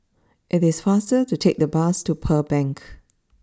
it is faster to take the bus to Pearl Bank